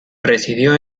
residió